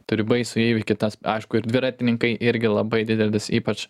turi baisų įvykį tas aišku ir dviratininkai irgi labai didelis ypač